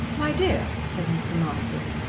my dear, said mr. masters,